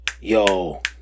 yo